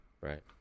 Right